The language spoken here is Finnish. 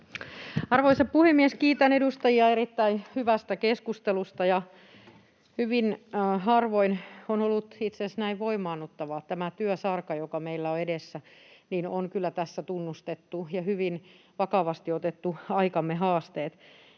Arvoisa puhemies! Kiitän edustajia erittäin hyvästä keskustelusta, ja hyvin harvoin on itse asiassa ollut näin voimaannuttavaa. Tämä työsarka, joka meillä on edessä, on kyllä tässä tunnustettu ja hyvin vakavasti otettu aikamme haasteet.